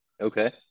okay